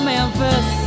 Memphis